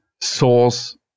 source